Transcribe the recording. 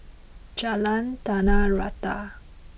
Jalan Tanah Rata